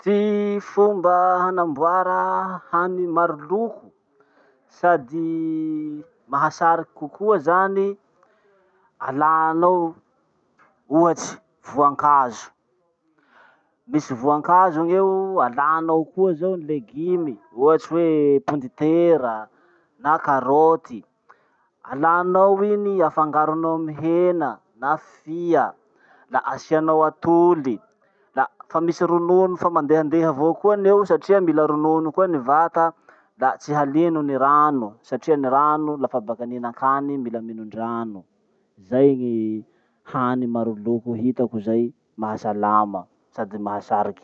Ty fomba hanamboara hany maroloko sady mahasariky kokoa zany, alanao ohatsy voankazo. Misy voankazo gn'eo, alanao koa zao ny legume, ohatsy hoe pondetera na karoty. Alanao iny afangaronao amy hena na fia la asianao atoly la fa misy ronono fa mandehandeha avao koa ny eo satria mila ronono koa ny vata la tsy halino ny rano satria ny laha baka nihinankany mila minondrano. Zay ny hany maroloko hitako zay mahasalama sady mahasariky.